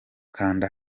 kanda